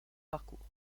parcours